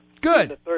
Good